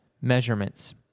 measurements